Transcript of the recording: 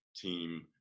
team